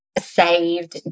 saved